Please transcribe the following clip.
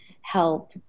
help